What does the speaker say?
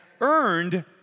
earned